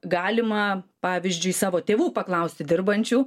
galima pavyzdžiui savo tėvų paklausti dirbančių